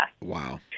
Wow